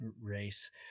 race